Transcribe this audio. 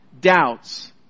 doubts